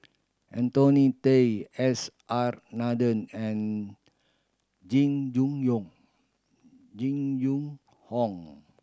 Anthony Day S R Nathan and Jing Jun Yong Jing Jun Hong